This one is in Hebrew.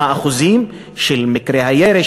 מה האחוזים של מקרי הירי,